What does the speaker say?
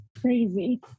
crazy